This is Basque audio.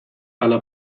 ala